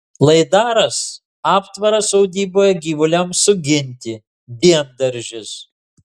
laidaras aptvaras sodyboje gyvuliams suginti diendaržis